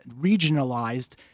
regionalized